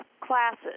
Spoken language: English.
classes